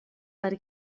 per